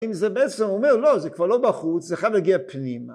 ‫אם זה בעצם אומר, לא, ‫זה כבר לא בחוץ, זה חייב להגיע פנימה.